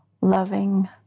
loving